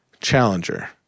challenger